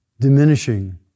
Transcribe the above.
diminishing